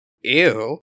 Ew